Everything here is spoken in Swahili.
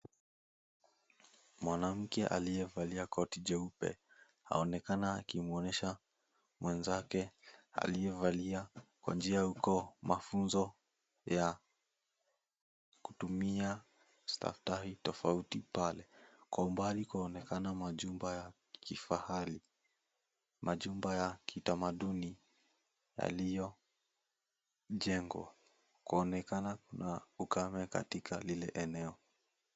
Mwanamke aliyevalia koti jeupe aonekana akimwonyesha mwenzake aliyevalia kwa njia huko mafunzo ya kutumia staftahi tofauti pale. Kwa umbali kunaonekana majumba ya kifahari; majumba ya kitamaduni yaliyojengwa. Kwaonekana kuna ukame katika lile eneo.